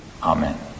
Amen